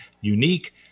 Unique